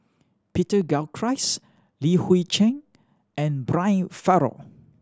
Peter Gilchrist Li Hui Cheng and Brian Farrell